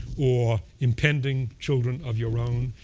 or impending children of your own.